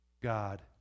God